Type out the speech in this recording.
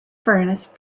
furnace